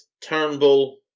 Turnbull